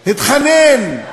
התחנן: